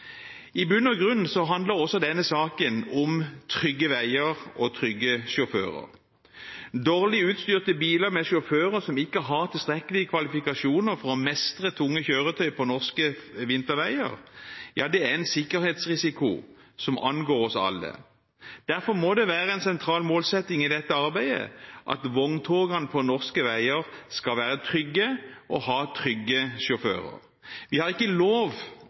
I bunn og grunn handler også denne saken om trygge veier og trygge sjåfører. Dårlig utstyrte biler med sjåfører som ikke har tilstrekkelig kvalifikasjoner for å mestre tunge kjøretøyer på norske vinterveier, er en sikkerhetsrisiko som angår oss alle. Derfor må det være en sentral målsetting i dette arbeidet at vogntogene på norske veier skal være trygge og ha trygge sjåfører. Vi har ikke lov